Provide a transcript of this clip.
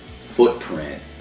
footprint